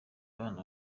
abana